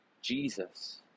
Jesus